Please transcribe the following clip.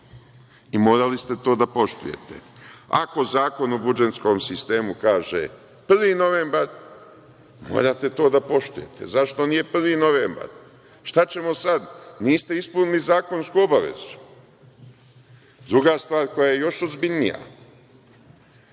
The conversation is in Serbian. i morali ste to da poštujete. Ako Zakon o budžetskom sistemu kaže 1. novembar, morate to da poštujete. Zašto nije 1. novembar? Šta ćemo sad? Niste ispunili zakonsku obavezu. Druga stvar koja je još ozbiljnija,